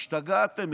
השתגעתם,